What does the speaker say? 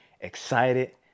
excited